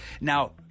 Now